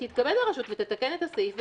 תתכבד הרשות לתקן את הסעיף ולומר: